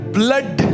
blood